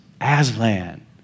Aslan